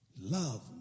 love